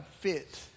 fit